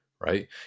right